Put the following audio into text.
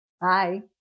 Bye